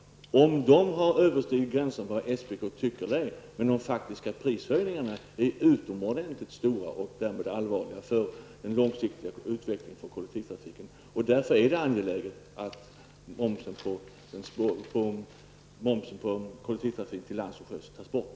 Om de har överstigit SPKs gräns är en sak, men de faktiska prishöjningarna är utomordentligt stora och därför allvarliga för kollektivtrafikens långsiktiga utveckling. Därför är det angeläget att momsen på kollektivtrafiken till lands och sjöss tas bort.